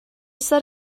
set